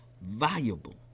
valuable